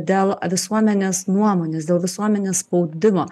dėl visuomenės nuomonės dėl visuomenės spaudimo